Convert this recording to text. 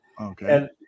Okay